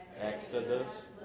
Exodus